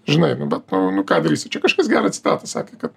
žinai nu bet nu nu ką darysi čia kažkas gerą citatą sakė kad